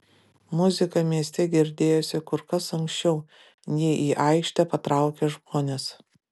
muzika mieste girdėjosi kur kas anksčiau nei į aikštę patraukė žmonės